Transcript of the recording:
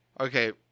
Okay